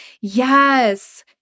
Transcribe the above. yes